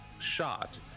shot